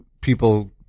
people